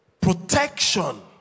Protection